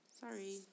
sorry